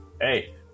hey